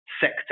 Sector